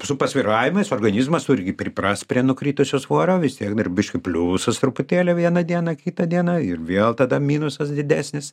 su pasvyravimais organizmas tu irgi priprast prie nukritusio svorio vis tiek dar biškį pliusas truputėlį vieną dieną kitą dieną ir vėl tada minusas didesnis